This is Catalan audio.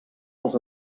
els